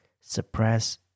suppress